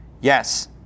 Yes